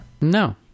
No